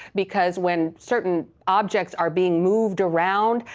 because when certain objects are being moved around,